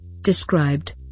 described